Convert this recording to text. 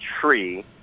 tree